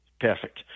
Perfect